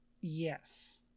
yes